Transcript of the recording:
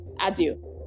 adieu